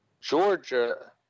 Georgia